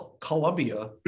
Columbia